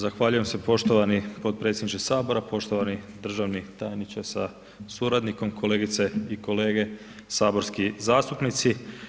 Zahvaljujem se poštovani potpredsjedniče Sabora, poštovani državni tajniče sa suradnikom, kolegice i kolege saborski zastupnici.